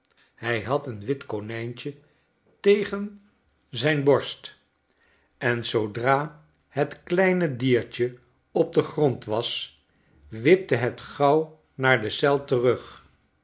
hij had een wit konijntje tegen zijn borst en zoodra het kleine diertje op den grond was wipte het gauw naar de eel terug